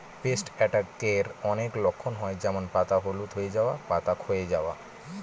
paste অ্যাটাকের অনেক লক্ষণ হয় যেমন পাতা হলুদ হয়ে যাওয়া, পাতা ক্ষয়ে যাওয়া